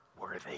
worthy